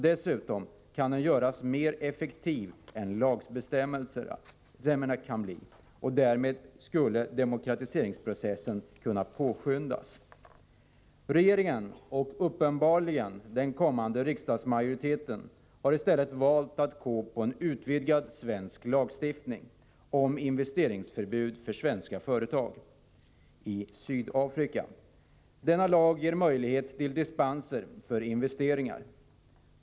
Dessutom kan den göras mer effektiv än lagbestämmelserna. Därmed skulle demokratiseringsprocessen kunna påskyndas. Regeringen, och uppenbarligen den kommande riksdagsmajoriteten, har i stället valt en utvidgad svensk lagstiftning om investeringsförbud för svenska företag i Sydafrika. Denna lag ger möjlighet till dispenser för investeringar.